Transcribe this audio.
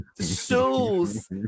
shoes